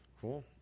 Cool